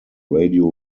radio